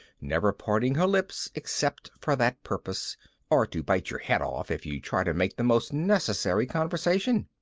never parting her lips except for that purpose or to bite your head off if you try to make the most necessary conversation.